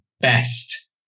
best